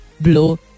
blow